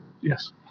yes